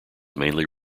mainly